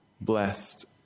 blessed